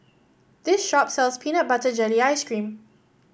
this shop sells Peanut Butter Jelly Ice cream